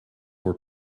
were